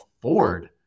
afford